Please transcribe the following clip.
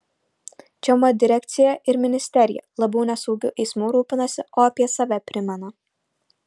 čia mat direkcija ir ministerija labiau ne saugiu eismu rūpinasi o apie save primena